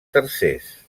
tercers